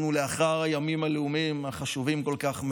אנחנו לאחר הימים הלאומיים החשובים כל כך,